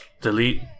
delete